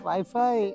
Wi-Fi